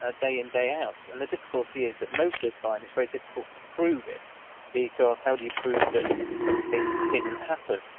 ah day in, day out. and the difficulty is that most of the time it's very difficult to prove it because how do you prove that something didn't happen?